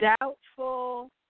doubtful